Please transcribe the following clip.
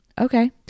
Okay